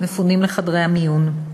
מפונים לחדרי מיון.